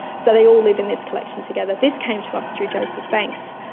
so they all live in this collection together. this came to us through joseph banks.